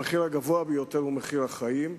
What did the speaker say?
המחיר הגבוה ביותר הוא מחיר החיים,